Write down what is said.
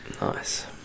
nice